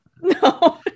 No